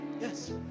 Yes